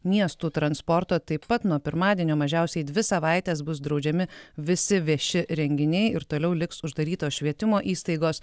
miestų transporto taip pat nuo pirmadienio mažiausiai dvi savaites bus draudžiami visi vieši renginiai ir toliau liks uždarytos švietimo įstaigos